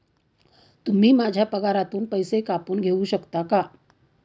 तुम्ही माझ्या पगारातून पैसे कापून घेऊ शकता का?